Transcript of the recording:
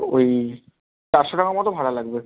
ওই চারশো টাকার মতো ভাড়া লাগবে